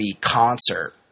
concert